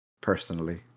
personally